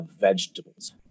vegetables